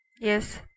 Yes